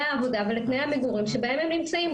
העבודה ולתנאי המגורים שבהם הם נמצאים,